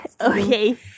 Okay